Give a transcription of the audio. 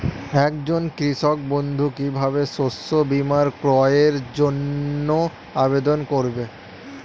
একজন কৃষক বন্ধু কিভাবে শস্য বীমার ক্রয়ের জন্যজন্য আবেদন করবে?